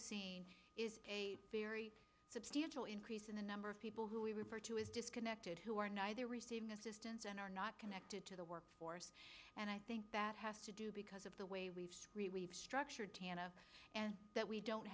seen is a very substantial increase in the number of people who we refer to as disconnected who are neither receiving assistance and are not connected to the workforce and i think that has to do because of the way we've really been structured and that we don't